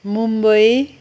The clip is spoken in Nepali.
मुम्बई